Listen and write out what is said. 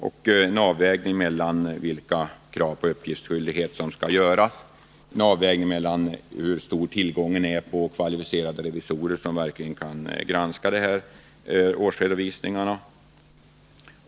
Man måste avväga vilka krav som skall ställas i fråga om uppgiftsskyldighet, och man måste ta hänsyn till tillgången på kvalificerade revisorer som verkligen kan granska årsredovisningarna.